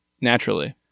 naturally